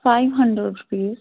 five hundred rupees